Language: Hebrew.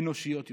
אנושיות יותר".